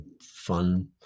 fun